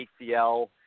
ACL